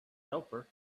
helper